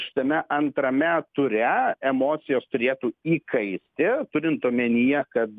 šitame antrame ture emocijos turėtų įkaisti turint omenyje kad